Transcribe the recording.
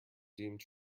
doomed